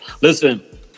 Listen